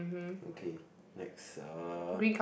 okay next uh